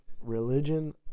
religion